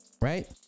right